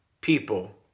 people